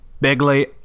bigly